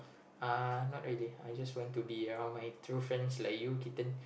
uh not really I just want to be around my true friends like you Keaton